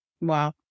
Wow